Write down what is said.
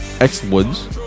X-Woods